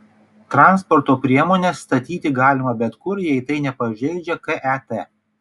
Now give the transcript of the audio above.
transporto priemones statyti galima bet kur jei tai nepažeidžia ket